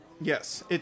Yes